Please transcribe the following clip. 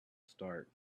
start